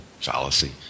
fallacy